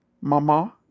mama